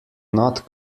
not